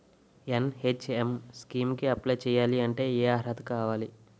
NHM scheme కి apply చేయాలి అంటే ఏ అర్హత కావాలి?